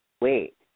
wait